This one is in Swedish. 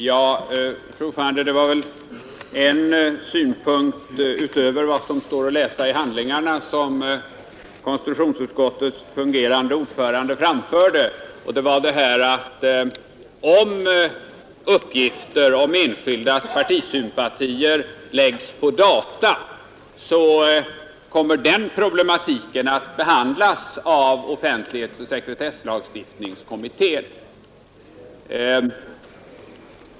Fru talman! Det var väl en synpunkt utöver vad som står att läsa i handlingarna som konstitutionsutskottets fungerande ordförande framförde, nämligen att om uppgifter om enskildas partisympatier läggs på data, så kommer den problematiken att behandlas av offentlighetsoch sekretesslagstiftningskommittén.